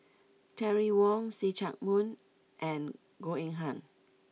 Terry Wong See Chak Mun and Goh Eng Han